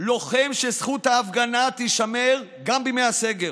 לוחם שזכות ההפגנה תישמר גם בימי הסגר,